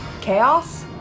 chaos